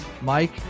Mike